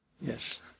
Yes